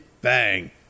bang